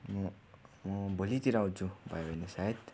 म म भोलितिर आउँछु भयो भने सायद